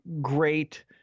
great